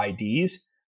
IDs